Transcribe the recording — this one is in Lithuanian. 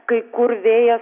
kai kur vėjas